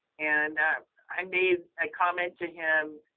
and i made a comment to him.